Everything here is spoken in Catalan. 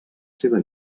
seva